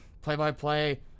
play-by-play